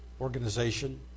organization